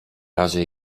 razie